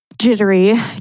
jittery